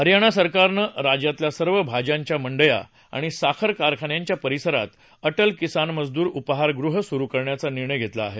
हरियाणा सरकारनं राज्यातल्या सर्व भाज्यांच्या मंड्या आणि साखर कारखान्याच्या परिसरात अटल किसान मजदूर उपहारगृह सुरु करण्याचा निर्णय घेतला आहे